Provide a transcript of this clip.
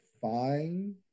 fine